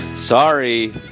Sorry